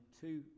two